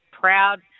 proud